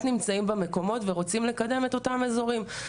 נמצאים במקומות ורוצים לקדם את אותם אזורים.